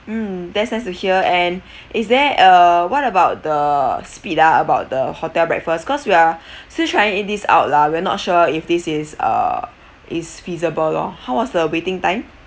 mm that's nice to hear and is there uh what about the speed ah about the hotel breakfast cause we are still trying this out lah we are not sure if this is uh is feasible lor how was the waiting time